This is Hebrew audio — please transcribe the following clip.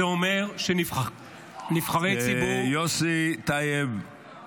זה אומר שנבחרי ציבור --- יוסי טייב,